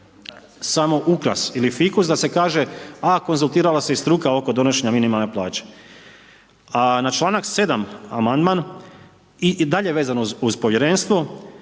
samo ukras ili fikus sa se kaže a konzultirala se i struka oko donošenja minimalne plaće. A na članak 7. amandman i dalje vezano uz povjerenstvo.